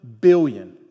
billion